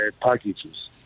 packages